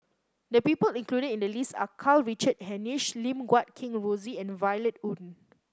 the people included in the list are Karl Richard Hanitsch Lim Guat Kheng Rosie and Violet Oon